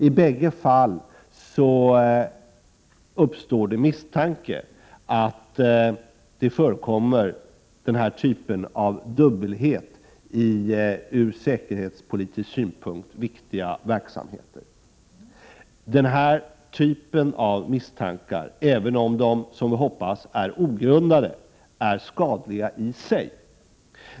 I bägge fallen uppstår det misstanke om att detta slags dubbelhet förekommer i från säkerhetspolitisk synpunkt viktiga verksamheter. Den här typen av misstankar, även om de som vi hoppas är ogrundade, är skadliga i sig.